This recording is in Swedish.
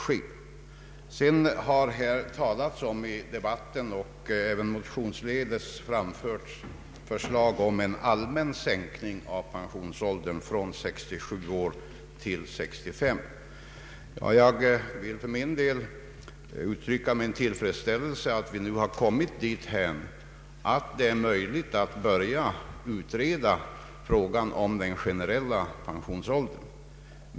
I debatten har talats om och motionsledes har framförts förslag om en allmän sänkning av pensionsåldern från 67 år till 65 år. Jag vill uttrycka min tillfredsställelse över att vi nu har kommit dithän att det är möjligt att börja utreda frågan om en sänkning av den generella pensionsåldern.